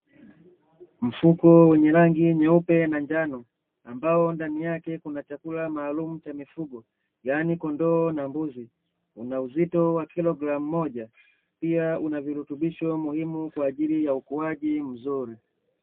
Mfuko wenye rangi nyeupe na njano ambao ndani yake kuna chakula maalumu cha mifugo, yaani kondoo na mbuzi. Una uzito wa kilogramu moja, pia unavirutubisho muhimu kwa ajili ya ukuaji mzuri.